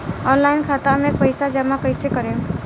Online खाता मे पईसा जमा कइसे करेम?